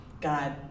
God